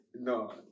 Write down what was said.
No